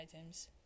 items